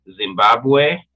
Zimbabwe